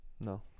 No